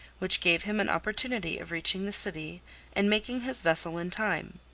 which gave him an opportunity of reaching the city and making his vessel in time.